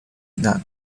避难